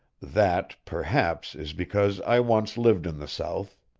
that, perhaps, is because i once lived in the south.